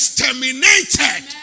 terminated